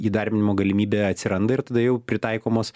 įdarbinimo galimybė atsiranda ir tada jau pritaikomos